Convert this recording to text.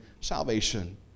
salvation